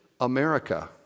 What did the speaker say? America